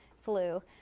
flu